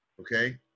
Okay